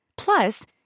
Plus